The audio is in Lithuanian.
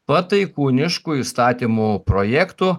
pataikūnišku įstatymų projektų